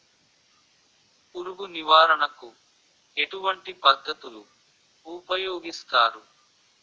పురుగు నివారణ కు ఎటువంటి పద్ధతులు ఊపయోగిస్తారు?